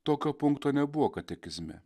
tokio punkto nebuvo katekizme